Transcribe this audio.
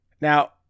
now